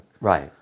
Right